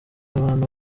abantu